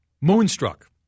Moonstruck